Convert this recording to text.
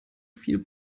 viel